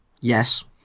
Yes